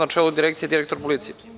Na čelu direkcije je direktor policije.